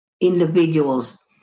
individuals